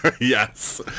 yes